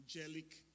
angelic